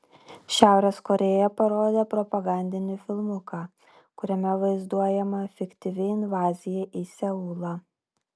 šiaurės korėja parodė propagandinį filmuką kuriame vaizduojama fiktyvi invazija į seulą